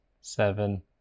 seven